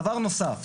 דבר נוסף,